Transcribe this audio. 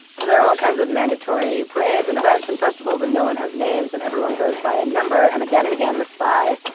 so there are all kinds of mandatory parades and events and festivals and no one has names, and everyone goes by a number, and again and again the spy,